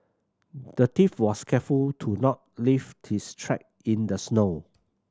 the thief was careful to not leave his track in the snow